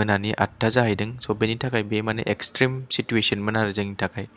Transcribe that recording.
मोनानि आटथा जाहैदों स' बेनि थाखाय बेयो माने एक्सट्रिम सिटुवेशोनमोन आरो जोंनि थाखाय